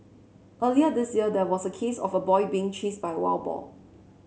earlier this year there was a case of a boy being chased by a wild boar